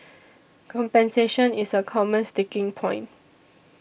compensation is a common sticking point